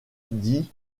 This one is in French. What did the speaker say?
dit